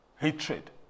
Hatred